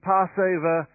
Passover